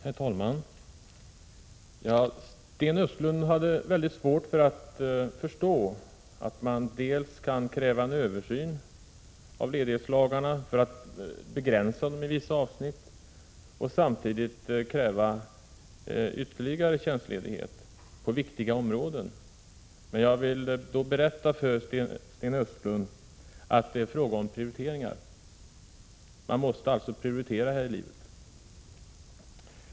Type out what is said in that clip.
Herr talman! Sten Östlund hade svårt att förstå att man samtidigt kan dels kräva en översyn av ledighetslagarna för att begränsa dem i vissa avsnitt, dels kräva ytterligare tjänstledighet på viktiga områden. Jag vill då berätta för Sten Östlund att det är fråga om prioriteringar. Man måste alltså prioritera här i livet.